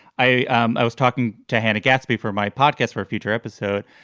i um i was talking to hannah gatsby for my podcast for a future episode.